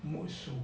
木薯